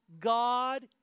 God